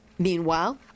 Meanwhile